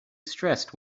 stressed